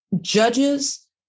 judges